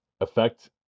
affect